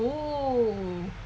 oo